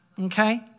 okay